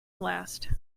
last